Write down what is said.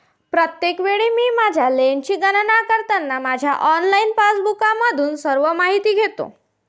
प्रत्येक वेळी मी माझ्या लेनची गणना करताना माझ्या ऑनलाइन पासबुकमधून सर्व माहिती घेतो